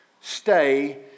stay